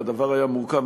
והדבר היה מורכב,